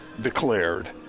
declared